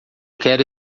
quero